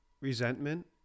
resentment